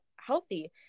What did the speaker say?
healthy